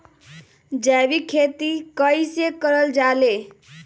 जैविक खेती कई से करल जाले?